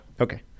Okay